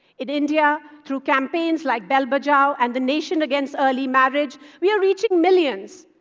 in india, through campaigns like bell bajao and the nation against early marriage we are reaching millions,